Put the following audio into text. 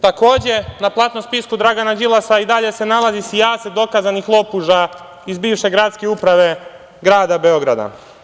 Takođe, na platnom spisku Dragana Đilasa i dalje se nalazi sijaset dokazanih lopuža iz bivše gradske uprave grada Beograda.